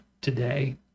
today